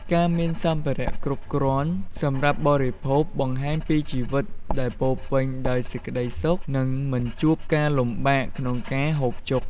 ការមានសម្ភារៈគ្រប់គ្រាន់សម្រាប់បរិភោគបង្ហាញពីជីវិតដែលពោរពេញដោយសេចក្តីសុខ និងមិនជួបការលំបាកក្នុងការហូបចុក។